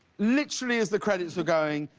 literally as the credits were going,